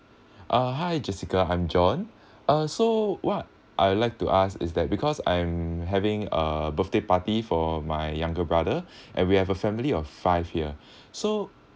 uh hi jessica I'm john uh so what I would like to ask is that because I'm having a birthday party for my younger brother and we have a family of five here so